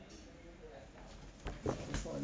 just hold on